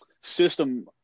system